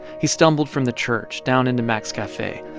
he stumbled from the church down into mack's cafe,